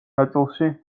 ნაწილში